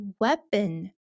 weapon